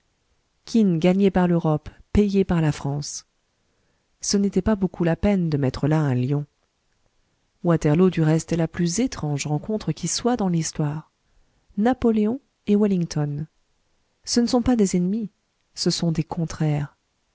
quine gagné par l'europe payé par la france ce n'était pas beaucoup la peine de mettre là un lion waterloo du reste est la plus étrange rencontre qui soit dans l'histoire napoléon et wellington ce ne sont pas des ennemis ce sont des contraires